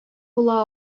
була